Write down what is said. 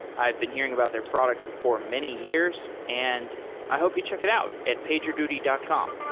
i've been hearing about their product for many years and i hope you check it out at pagerduty dot com.